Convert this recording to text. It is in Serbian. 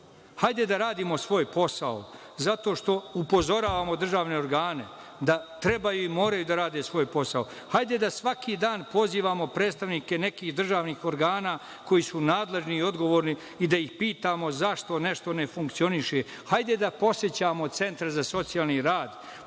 Hajde da radimo svoj posao, zato što upozoravamo državne organe da treba i moraju da rade svoj posao. Hajde da svaki dan pozivamo predstavnike nekih državnih organa koji su nadležni i odgovorni i da ih pitamo – zašto nešto ne funkcioniše. Hajde da podsećamo centre za socijalni rad,